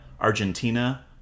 Argentina